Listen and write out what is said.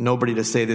nobody to say this